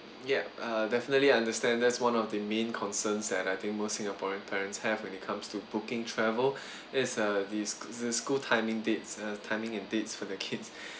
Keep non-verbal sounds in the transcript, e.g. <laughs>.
yup uh definitely understand that's one of the main concerns that I think most singaporean parents have when it comes to booking travel it's uh this this school timing dates uh timing and dates for the kids <laughs>